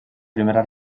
primera